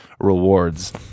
rewards